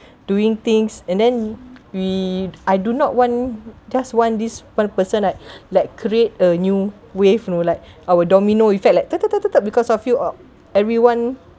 doing things and then we I do not want just want this one person right like create a new wave you know like our domino effect like because of you everyone